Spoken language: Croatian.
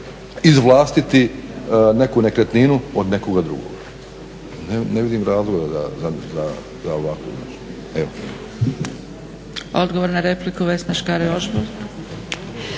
izvlastiti neku nekretninu od nekoga drugog. Ne vidim razloga za ovakvo